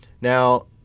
Now